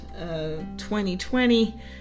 2020